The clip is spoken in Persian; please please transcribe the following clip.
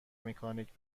مکانیک